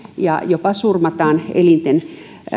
ja jopa surmataan elinten